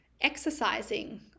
exercising